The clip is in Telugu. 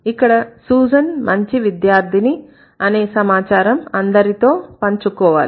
ఇక్కడ susan మంచి విద్యార్థిని అనే సమాచారం అందరితో పంచుకోవాలి